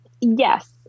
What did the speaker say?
yes